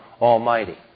Almighty